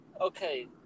okay